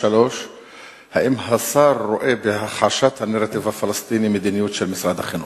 3. האם השר רואה בהכחשת הנרטיב הפלסטיני מדיניות של משרד החינוך?